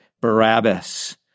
Barabbas